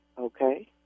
Okay